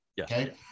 okay